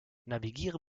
navigiere